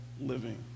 living